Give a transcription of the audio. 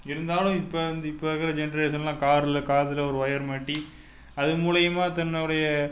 இருந்தாலும் இப்போ வந்து இப்போ இருக்கிற ஜெண்ட்ரேஷன்லாம் காரில் காதில் ஒரு ஒயர் மாட்டி அது மூலிமா தன்னுடைய